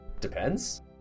Depends